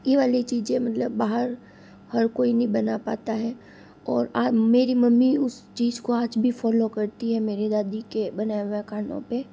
यह वाली चीज़ें मतलब बाहर हर कोई नहीं बना पाता है और आप मेरी मम्मी उस चीज को आज भी फॉलो करती है मेरी दादी के बनाया हुआ खानों पे